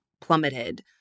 plummeted